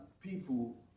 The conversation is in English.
people